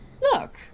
Look